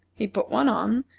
he put one on,